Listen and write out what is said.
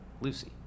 Lucy